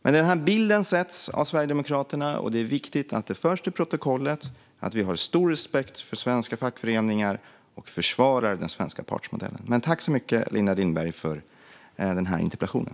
Men denna bild ges av Sverigedemokraterna, och det är viktigt att det förs till protokollet att vi har stor respekt för svenska fackföreningar och försvarar den svenska partsmodellen. Tack så mycket, Linda Lindberg, för interpellationen!